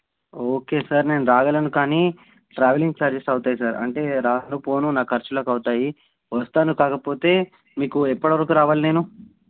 okay sir నేను రాగలను కానీ ట్రావెలింగ్ చార్జెస్ అవుతాయి సార్ అంటే రానుపోను నా ఖర్చులకు అవుతాయి వస్తాను కాకపోతే మీకు ఎప్పటివరకు రావాలి నేను